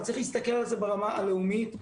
צריך להסתכל על זה ברמה הלאומית,